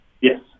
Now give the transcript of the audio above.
yes